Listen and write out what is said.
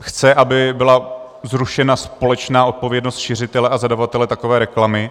Chce, aby byla zrušena společná odpovědnost šiřitele a zadavatele takové reklamy.